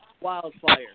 Wildfire